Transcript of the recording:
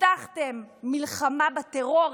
הבטחתם מלחמה בטרור,